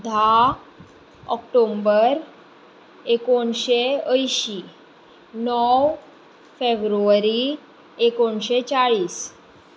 धा अक्टोंबर एकोणशें अंयशीं णव फेब्रुवारी एकोणशें चाळीस